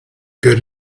good